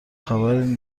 خبری